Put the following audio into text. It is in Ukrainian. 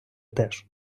теж